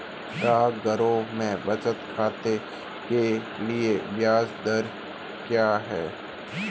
डाकघरों में बचत खाते के लिए ब्याज दर क्या है?